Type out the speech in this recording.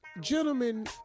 gentlemen